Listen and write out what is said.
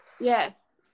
Yes